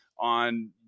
on